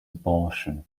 abortion